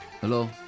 Hello